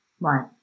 Right